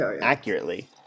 accurately